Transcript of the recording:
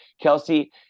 Kelsey